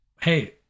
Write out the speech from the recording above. Hey